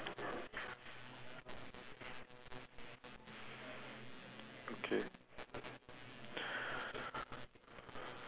okay